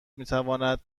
میتواند